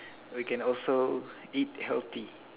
we can also eat healthy